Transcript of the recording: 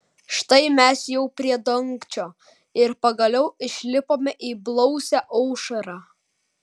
štai mes jau prie dangčio ir pagaliau išlipome į blausią aušrą